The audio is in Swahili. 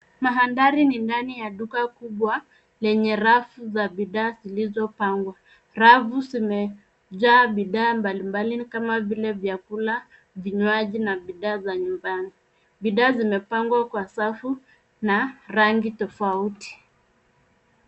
Mandhari ni ndani ya duka kubwa lenye rafu za bidhaa zilizopangwa. Rafu zimejaa bidhaa mbalimbali kama vile vyakula, vinywaji na bidhaa za nyumbani. Bidhaa zimepangwa kwa safu na rangi tofauti.